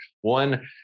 one